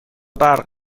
برق